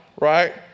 right